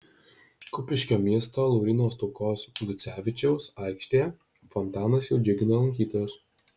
kupiškio miesto lauryno stuokos gucevičiaus aikštėje fontanas jau džiugina lankytojus